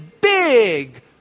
big